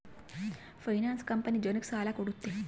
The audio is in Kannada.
ಫೈನಾನ್ಸ್ ಕಂಪನಿ ಜನಕ್ಕ ಸಾಲ ಕೊಡುತ್ತೆ